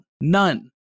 none